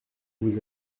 vous